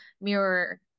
mirror